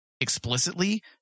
explicitly